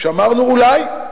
שאמרנו אולי,